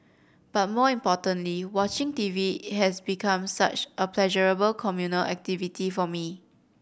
but more importantly watching T V has become such a pleasurable communal activity for me